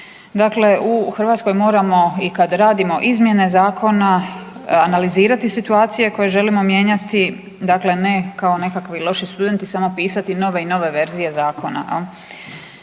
Dakle u Hrvatskoj moramo i kad radimo izmjene zakona analizirati situacije koje želimo mijenjati, dakle ne kao nekakvi loši studenti samo pisati nove i nove verzije zakona,